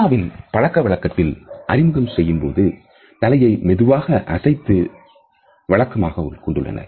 சைனாவின் பழக்கவழக்கத்தில் அறிமுகம் செய்யும்போது தலையை மெதுவாக அசைத்தது வழக்கமாக உள்ளது